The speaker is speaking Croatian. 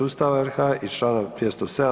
Ustava RH i članak 207.